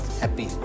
happy